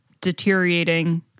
deteriorating